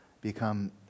become